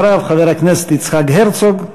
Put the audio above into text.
אחריו, חברי הכנסת יצחק הרצוג,